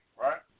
right